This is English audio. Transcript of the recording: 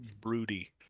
Broody